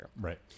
Right